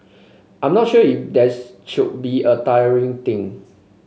I'm not sure if there's should be a tiring thing